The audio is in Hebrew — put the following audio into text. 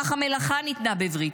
כך המלאכה ניתנה בברית,